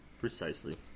Precisely